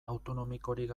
autonomikorik